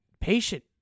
patient